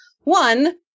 one